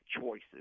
choices